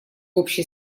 общей